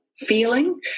feeling